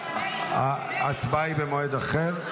ההצבעה היא במועד אחר.